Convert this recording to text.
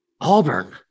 Auburn